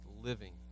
living